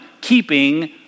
keeping